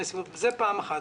זה דבר אחד.